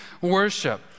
worship